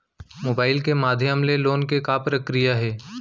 Mobile के माधयम ले लोन के का प्रक्रिया हे?